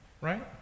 Right